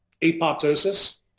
apoptosis